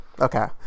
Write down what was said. Okay